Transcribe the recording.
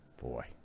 Boy